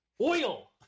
Oil